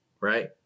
right